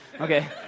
Okay